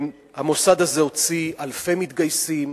המוסד הזה הוציא אלפי מתגייסים,